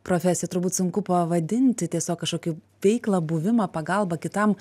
profesiją turbūt sunku pavadinti tiesiog kažkokį veiklą buvimą pagalbą kitam